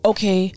Okay